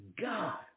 God